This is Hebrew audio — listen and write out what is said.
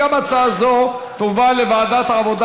ההצעה להעביר